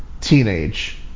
teenage